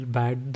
bad